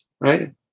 right